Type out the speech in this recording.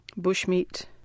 bushmeat